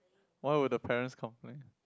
why would the parents complain